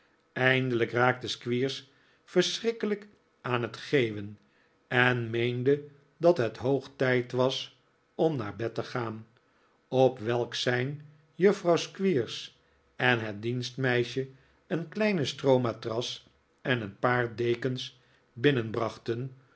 eindelijk raakte squeers verschrikkelijk aan het geeuwen en meende dat het hoog tijd was om naar bed te gaan op welk sein juffrouw squeers en het dienstmeisje een kleine stroomatras en een paar dekens